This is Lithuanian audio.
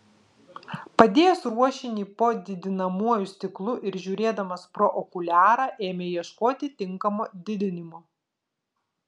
padėjęs ruošinį po didinamuoju stiklu ir žiūrėdamas pro okuliarą ėmė ieškoti tinkamo didinimo